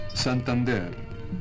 Santander